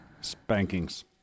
Spankings